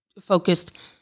focused